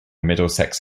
middlesex